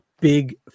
big